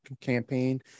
campaign